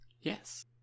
Yes